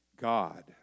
God